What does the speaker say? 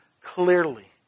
clearly